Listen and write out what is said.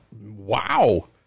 wow